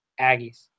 Aggies